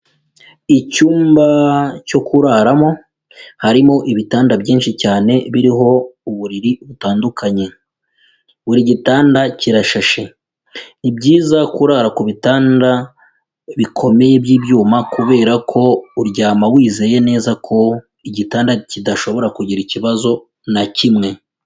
Icyumba cyo kuraramo harimo ibitanda byinshi cyane biriho uburiri butandukanye, buri gitanda kirashashe, ni byiza kurara ku bitanda bikomeye by'ibyuma kubera ko uryama wizeye neza ko igitanda kidashobora kugira ikibazo na kimwe.